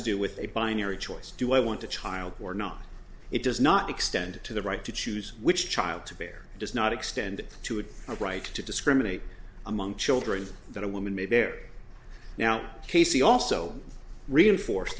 to do with a binary choice do i want to child or not it does not extend to the right to choose which child to bear does not extend to a right to discriminate among children that a woman may bear now casey also reinforce